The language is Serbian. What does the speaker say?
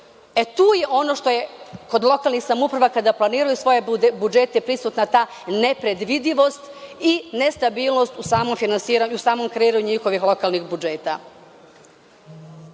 E tu je ono što je kod lokalnih samouprava kada planiraju svoje budžete, prisutna ta nepredvidivost i nestabilnost u samom finansiranju, u samom kreiranju njihovih lokalnih budžeta. Ja